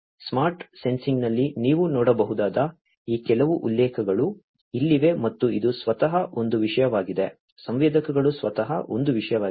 smart ಸೆನ್ಸಿಂಗ್ನಲ್ಲಿ ನೀವು ನೋಡಬಹುದಾದ ಈ ಕೆಲವು ಉಲ್ಲೇಖಗಳು ಇಲ್ಲಿವೆ ಮತ್ತು ಇದು ಸ್ವತಃ ಒಂದು ವಿಷಯವಾಗಿದೆ ಸಂವೇದಕಗಳು ಸ್ವತಃ ಒಂದು ವಿಷಯವಾಗಿದೆ